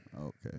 Okay